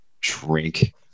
drink